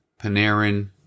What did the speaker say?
Panarin